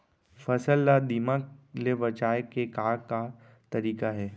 फसल ला दीमक ले बचाये के का का तरीका हे?